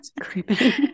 creepy